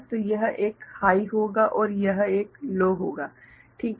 तो यह एक हाइ होगा और यह एक लो होगा ठीक है